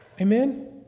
Amen